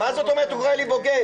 מה זה שהוא יקרא לי בוגד?